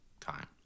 time